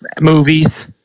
movies